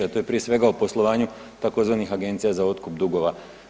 A to je prije svega o poslovanju tzv. agencija za otkup dugova.